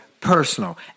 personal